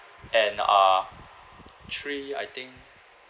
and uh three I think